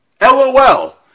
LOL